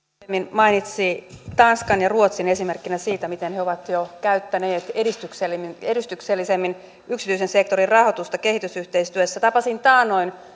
mainitsi tanskan ja ruotsin esimerkkinä siitä miten he ovat jo käyttäneet edistyksellisemmin edistyksellisemmin yksityisen sektorin rahoitusta kehitysyhteistyössä tapasin taannoin